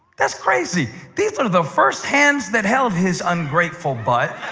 that's crazy. these are the first hands that held his ungrateful butt